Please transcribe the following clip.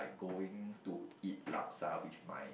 going to eat Laksa with my